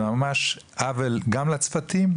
זה ממש עוול גם לצפתים,